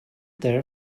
there